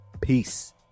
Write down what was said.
Peace